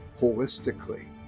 holistically